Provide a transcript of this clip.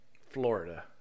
Florida